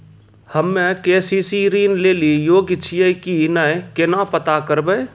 हम्मे के.सी.सी ऋण लेली योग्य छियै की नैय केना पता करबै?